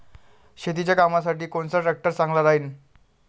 शेतीच्या कामासाठी कोनचा ट्रॅक्टर चांगला राहीन?